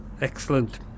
excellent